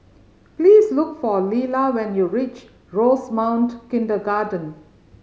please look for Lella when you reach Rosemount Kindergarten